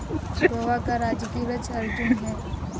गोवा का राजकीय वृक्ष अर्जुन है